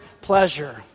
pleasure